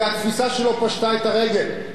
כי התפיסה שלו פשטה את הרגל.